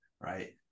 Right